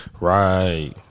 Right